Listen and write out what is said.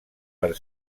per